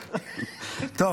טוב,